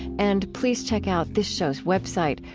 and please check out this show's website,